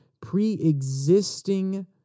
pre-existing